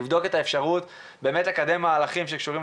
לבדוק את האפשרות לקדם מהלכים שקשורים